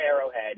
Arrowhead